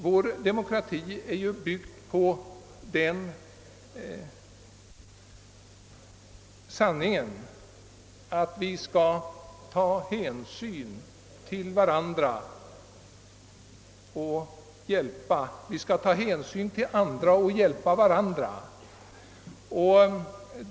Vår demokrati är byggd på att vi skall ta hänsyn till andra och hjälpa varandra.